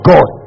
God